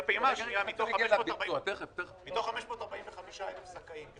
בפעימה השנייה מתוך 545,000 זכאים,